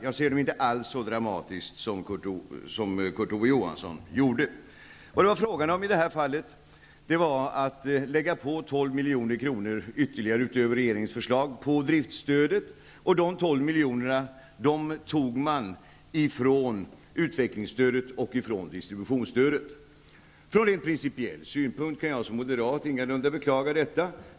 Jag ser det inte alls så dramatiskt som Kurt Ove Johansson gjorde. Vad det var frågan om i det här fallet var att lägga på 12 milj.kr. ytterligare till distributionsstödet utöver regeringens förslag, och de 12 miljonerna tog man från utvecklingsstödet och distributionsstödet. Från rent principiell synpunkt kan jag som moderat ingalunda beklaga detta.